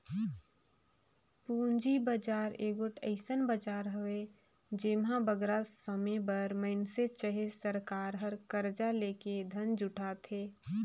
पूंजी बजार एगोट अइसन बजार हवे जेम्हां बगरा समे बर मइनसे चहे सरकार हर करजा लेके धन जुटाथे